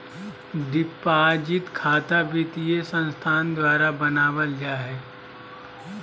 deposit खता वित्तीय संस्थान द्वारा बनावल जा हइ